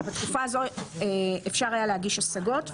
ובתקופה הזאת אפשר היה להגיש השגות.